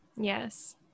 Yes